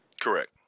Correct